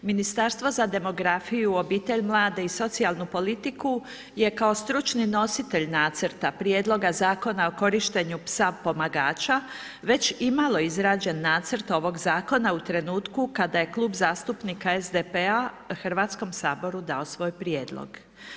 Ministarstvo za demografiju, obitelj, mlade i socijalnu politiku je kao stručni nositelj nacrta prijedloga Zakona o korištenju psa pomagača već imalo izrađen nacrt ovog zakona u trenutku kada je Klub zastupnika SDP-a Hrvatskom saboru dao svoj prijedlog.